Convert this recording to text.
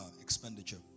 expenditure